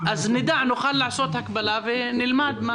אז נוכל לעשות הקבלה ונלמד.